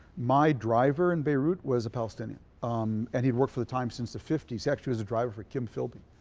my driver in beirut was a palestinian um and he had worked for the times since the fifty s. actually he was a driver for kim philby.